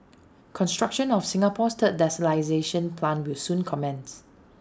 construction of Singapore's third desalination plant will soon commence